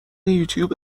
یوتوب